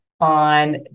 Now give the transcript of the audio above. on